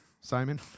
Simon